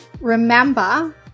Remember